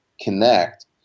connect